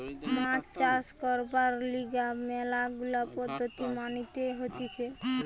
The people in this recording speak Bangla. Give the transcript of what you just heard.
মাছ চাষ করবার লিগে ম্যালা গুলা পদ্ধতি মানতে হতিছে